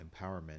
empowerment